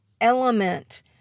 element